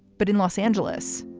but in los angeles,